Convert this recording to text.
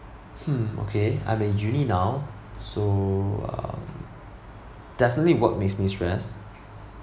hmm okay I'm in uni now so um definitely work makes me stressed